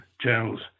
channels